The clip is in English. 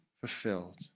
fulfilled